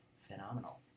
Phenomenal